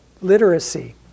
literacy